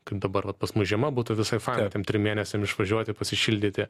kaip dabar vat pas mus žiema būtų visai faina ten trim mėnesiam išvažiuoti pasišildyti